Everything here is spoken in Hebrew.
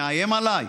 מאיים עליי?